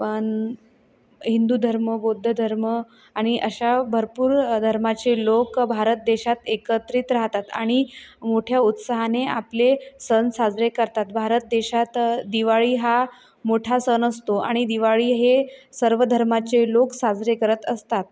पण हिंदू धर्म बौद्ध धर्म आणि अशा भरपूर धर्माचे लोक भारत देशात एकत्रित राहतात आणि मोठ्या उत्साहाने आपले सण साजरे करतात भारत देशात दिवाळी हा मोठा सण असतो आणि दिवाळी हे सर्व धर्माचे लोक साजरे करत असतात